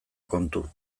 kontu